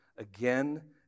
Again